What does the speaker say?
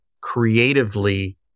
creatively